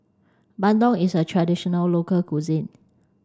Bandung is a traditional local cuisine